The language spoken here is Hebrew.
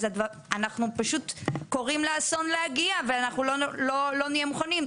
אז אנחנו פשוט קוראים לאסון להגיע ואנחנו לא נהיה מוכנים.